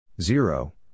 Zero